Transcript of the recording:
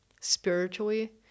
Spiritually